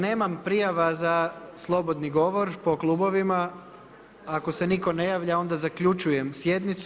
Nemam prijava za slobodni govor po klubovima, ako se nitko ne javlja onda zaključujem sjednicu.